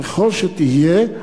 ככל שתהיה,